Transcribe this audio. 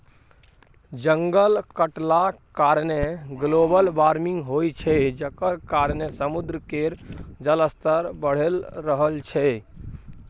जंगल कटलाक कारणेँ ग्लोबल बार्मिंग होइ छै जकर कारणेँ समुद्र केर जलस्तर बढ़ि रहल छै